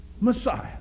Messiah